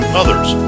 others